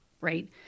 Right